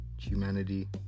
humanity